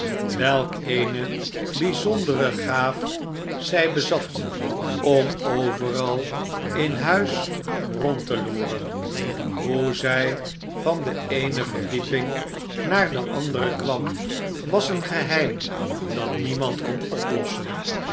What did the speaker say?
welk eene bijzondere gaaf zij bezat om overal in huis rond te loeren hoe zij van de eene verdieping naar de andere kwam was een geheim dat niemand kon oplossen